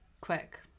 Quick